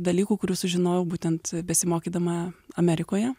dalykų kurių sužinojau būtent besimokydama amerikoje